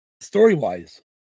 story-wise